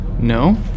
No